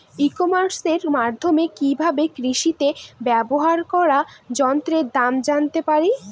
ই কমার্সের মাধ্যমে কি ভাবে কৃষিতে ব্যবহার করা যন্ত্রের দাম জানতে পারি?